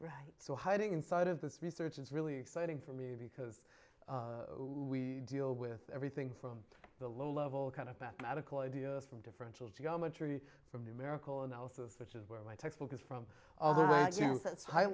right so hiding inside of this research is really exciting for me because we deal with everything from the low level kind of mathematical ideas from differential geometry from numerical analysis which where my textbook is from a